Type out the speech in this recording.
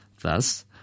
Thus